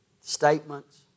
statements